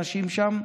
האנשים שם,